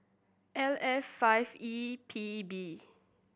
L F five E P B